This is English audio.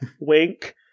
Wink